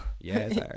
Yes